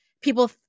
People